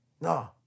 No